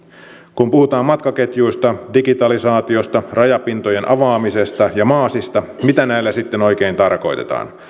kun puhutaan matkaketjuista digitalisaatiosta rajapintojen avaamisesta ja maasista niin mitä näillä sitten oikein tarkoitetaan